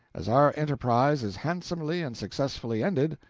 as our enterprise is handsomely and successfully ended,